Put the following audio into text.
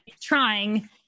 trying